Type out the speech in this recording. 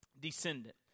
descendant